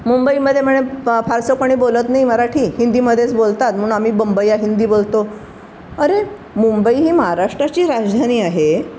मुंबईमध्ये म्हणे प फारसं कोणी बोलत नाही मराठी हिंदीमध्येच बोलतात म्हणून आम्ही बंबया हिंदी बोलतो अरे मुंबई ही महाराष्ट्राची राजधानी आहे